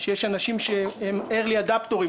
שיש אנשים שהם early adaptors,